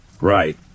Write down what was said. Right